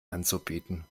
anzubieten